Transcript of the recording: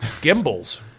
gimbals